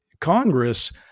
Congress